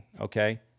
Okay